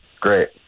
Great